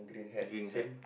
green hat